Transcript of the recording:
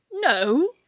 no